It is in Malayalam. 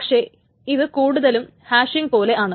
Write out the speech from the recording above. പക്ഷെ ഇത് കൂടുതലും ഹാഷിംഗ് പോലെയാണ്